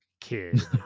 kid